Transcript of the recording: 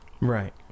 right